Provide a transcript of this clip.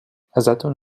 ازتون